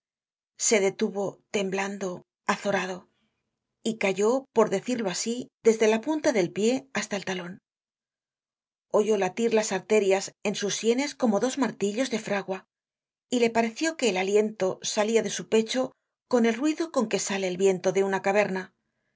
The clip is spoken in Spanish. se detuvo temblando azorado y cayó por decirlo asi desde la punta del pié hasta el talon oyó latir las arterias en sus sienes como dos martillos de fragua y le pareció que el aliento salia de su pecho con el ruido con que sale el viento de una caverna